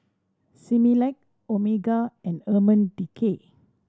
Similac Omega and Urban Decay